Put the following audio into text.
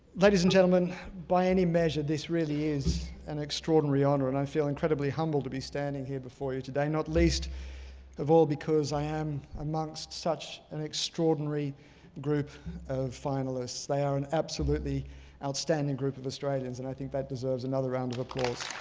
ladies and gentlemen, by any measure this really is an extraordinary honor and i feel incredibly humbled to be standing here before you today. not least of all because i am amongst such an extraordinary group of finalists, they are an absolutely outstanding group of australians. and i think that deserves another round of applause.